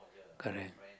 correct